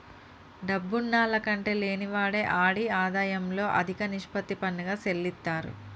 డబ్బున్నాల్ల కంటే లేనివాడే ఆడి ఆదాయంలో అదిక నిష్పత్తి పన్నుగా సెల్లిత్తారు